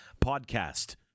podcast